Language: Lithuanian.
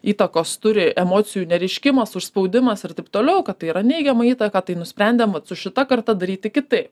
įtakos turi emocijų nereiškimas užspaudimas ir taip toliau kad tai yra neigiama įtaka tai nusprendėm vat su šita karta daryti kitaip